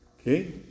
okay